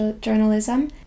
journalism